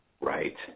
Right